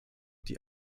die